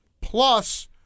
Plus